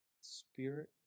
Spirit